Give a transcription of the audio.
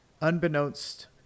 unbeknownst